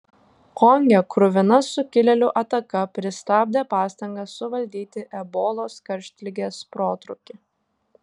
konge kruvina sukilėlių ataka pristabdė pastangas suvaldyti ebolos karštligės protrūkį